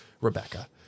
Rebecca